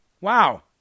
Wow